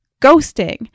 ghosting